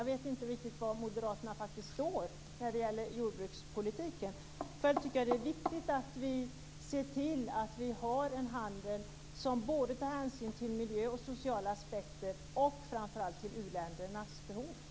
Jag vet inte riktigt var moderaterna faktiskt står när det gäller jordbrukspolitiken. Själv tycker jag att det är viktigt att se till att vi har en handel som tar hänsyn till miljön och de sociala aspekterna och framför allt till u-ländernas behov.